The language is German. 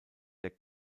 der